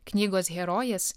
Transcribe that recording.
knygos herojės